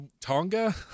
Tonga